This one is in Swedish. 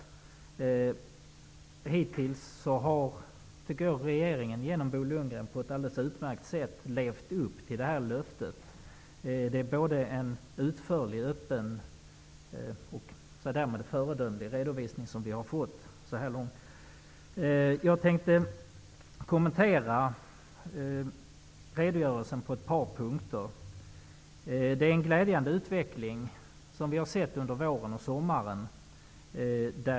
Hittills har regeringen, genom Bo Lundgren, på ett alldeles utmärkt sätt levt upp till detta löfte. Det är en både utförlig, öppen och därmed föredömlig redovisning som vi har fått så här långt. Jag tänkte kommentera redogörelsen på ett par punkter. Vi har sett en glädjande utveckling under våren och sommaren.